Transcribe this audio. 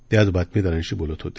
ते आज बातमीदारांशी बोलत होते